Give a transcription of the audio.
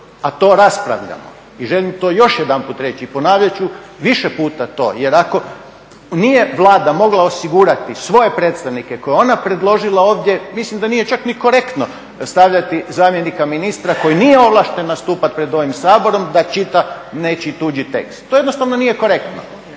a to raspravljamo i želim to još jedanput reći i ponavljat ću više puta to jer ako nije Vlada mogla osigurati svoje predstavnike koje je ona predložila ovdje, mislim da nije čak ni korektno stavljati zamjenika ministra koji nije ovlašten nastupati pred ovim Saborom da čita nečiji tuđi tekst. To jednostavno nije korektno.